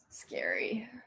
Scary